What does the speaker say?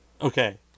Okay